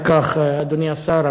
אדוני השר,